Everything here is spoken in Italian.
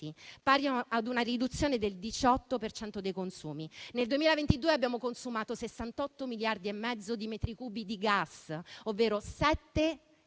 pari a una riduzione del 18 per cento dei consumi. Nel 2022 abbiamo consumato 68 miliardi e mezzo di metri cubi di gas, ovvero 7 in